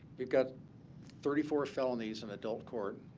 we've got thirty four felonies in adult court,